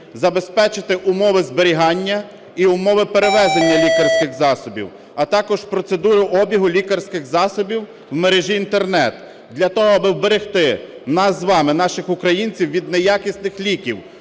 забезпечити умови зберігання і умови перевезення лікарських засобів, а також процедуру обігу лікарських засобів в мережі Інтернет для того, аби уберегти нас з вами, наших українців від неякісних ліків.